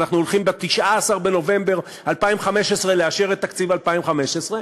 ואנחנו הולכים ב-19 בנובמבר 2015 לאשר את תקציב 2015,